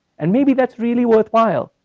and maybe that's really worthwhile,